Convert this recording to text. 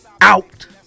out